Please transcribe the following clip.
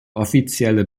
offizielle